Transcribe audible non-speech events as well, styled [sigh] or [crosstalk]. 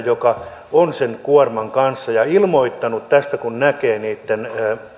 [unintelligible] joka on sen kuorman kanssa ja ilmoittanut tästä kun näkee niitten